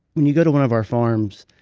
when you go to one of our farms,